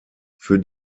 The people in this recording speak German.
für